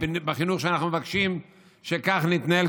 בחינוך שאנחנו מבקשים שכך נתנהל,